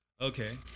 Okay